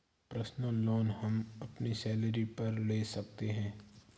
personal loan हम अपनी salary पर ले सकते है